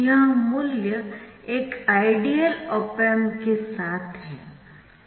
यह मूल्य एक आइडियल ऑप एम्प के साथ है